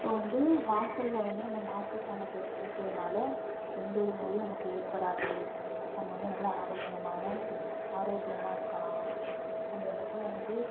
இப்போ வந்து வாசலில் வந்து நம்ம மாட்டு சாணத்தை தெளிக்கிறதுனால எந்த ஒரு நோயும் நமக்கு ஏற்படாது நம்ம வந்து நல்லா ஆரோக்கியமான ஆரோக்கியமாக இருக்கலாம் அந்த இடத்துல வந்து